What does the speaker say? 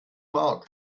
mark